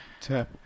Tap